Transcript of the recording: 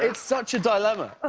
ah such a dilemma.